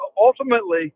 ultimately